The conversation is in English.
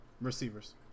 receivers